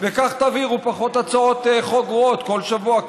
וכך תעבירו פחות הצעות חוק גרועות כל שבוע,